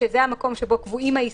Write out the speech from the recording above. שזה המקום שבו קבועים האיסורים,